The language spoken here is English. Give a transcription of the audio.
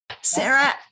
Sarah